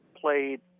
played